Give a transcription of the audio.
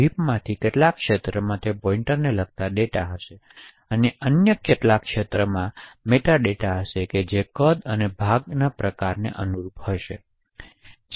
હિપમાંથી કેટલાક ક્ષેત્રોમાં તે પોઇન્ટરને લગતા ડેટા હશે અને અન્ય ક્ષેત્રોમાં કેટલાક મેટાડેટા હશે જે કદ અને ભાગના પ્રકારને અનુરૂપ હશે